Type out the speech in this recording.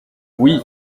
oui